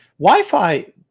Wi-Fi